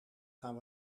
gaan